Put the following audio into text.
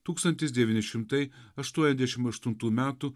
tūkstantis devyni šimtai aštuoniasdešim aštuntų metų